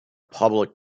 public